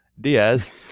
Diaz